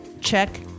check